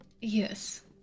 Yes